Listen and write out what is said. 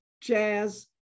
jazz